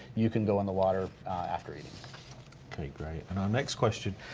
you can go in the water after eating. okay, great. and our next question,